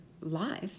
life